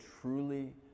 truly